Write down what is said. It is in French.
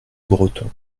breton